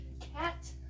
cat